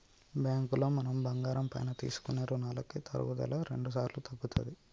బ్యాంకులో మనం బంగారం పైన తీసుకునే రుణాలకి తరుగుదల రెండుసార్లు తగ్గుతది